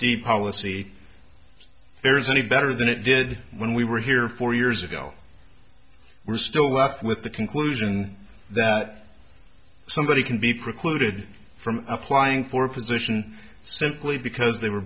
d policy there is any better than it did when we were here four years ago we're still left with the conclusion that somebody can be precluded from applying for a position simply because they were